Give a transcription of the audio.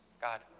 God